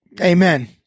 amen